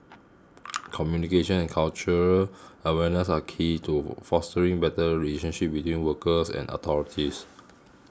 communication and cultural awareness are key to fostering better relationship between workers and authorities